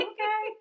Okay